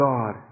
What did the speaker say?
God